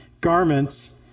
garments